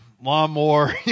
lawnmower